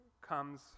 comes